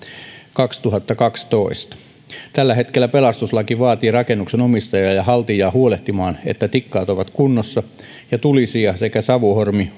kaksituhattakaksitoista tällä hetkellä pelastuslaki vaatii rakennuksen omistajaa ja ja haltijaa huolehtimaan että tikkaat ovat kunnossa ja tulisija sekä savuhormi